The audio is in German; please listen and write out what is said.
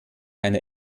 einer